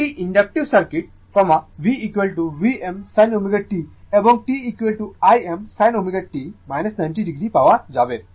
একটি ইনডাকটিভ সার্কিটে V Vm sin ω t এবং T Im sin ω t 90o পাওয়া যাবে